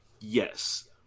Yes